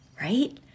right